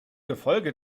gefolge